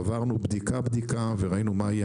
עברנו בדיקה-בדיקה וראינו מה יהיה